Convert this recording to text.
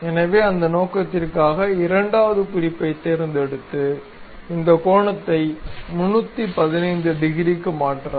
எனவே அந்த நோக்கத்திற்காக இரண்டாவது குறிப்பைத் தேர்ந்தெடுத்து இந்த கோணத்தை 315 டிகிரிக்கு மாற்றவும்